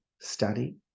study